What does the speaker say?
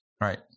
Right